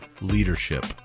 leadership